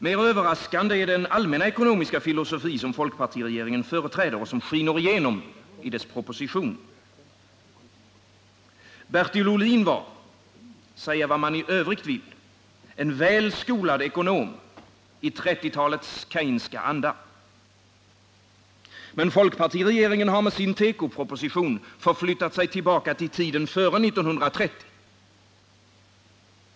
Mer överraskande är den allmänna ekonomiska filosofi som folkpartiregeringen företräder och som skiner igenom i dess proposition. Bertil Ohlin var — säga vad man i övrigt vill en väl skolad ekonom i 1930-talets Keyneska anda. Men folkpartiregeringen har med sin tekoproposition förflyttat sig tillbaka till tiden före 1930.